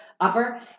upper